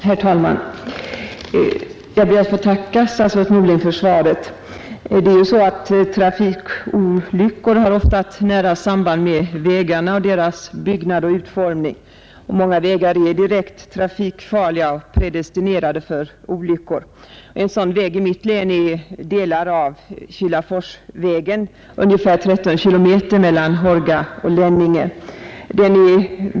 Herr talman! Jag ber att få tacka statsrådet Norling för svaret. Trafikolyckor har ofta nära samband med vägarnas byggnad och utformning. Många vägar är direkt trafikfarliga och predestinerade för olyckor. En sådan väg i mitt län är Kilaforsvägen på en sträcka av ungefär 13 km mellan Hårga och Lenninge.